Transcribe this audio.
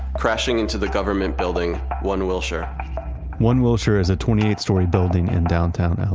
crashing into the government building one wilshire one wilshire is a twenty eight story building in downtown